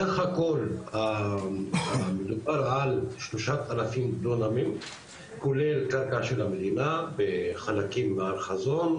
סך הכל מדובר על 3,000 דונמים כולל קרקע של המדינה וחלקים בעלי חזון,